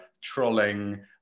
trolling